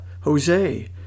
Jose